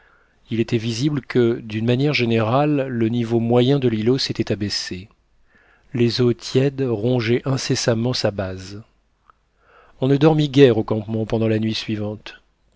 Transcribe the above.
il était visible que d'une manière générale le niveau moyen de l'îlot s'était abaissé les eaux tièdes rongeaient incessamment sa base on ne dormit guère au campement pendant la nuit suivante